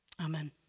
Amen